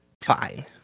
fine